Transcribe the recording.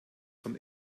von